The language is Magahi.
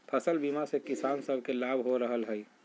फसल बीमा से किसान सभके लाभ हो रहल हइ